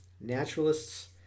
naturalists